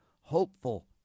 hopeful